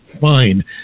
Fine